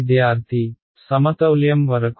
విద్యార్థి సమతౌల్యం వరకు